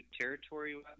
territory